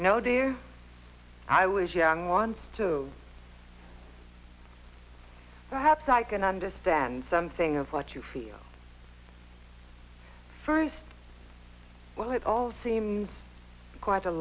you know dear i was young once so perhaps i can understand something of what you feel first well it all seems quite a